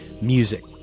music